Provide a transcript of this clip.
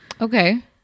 Okay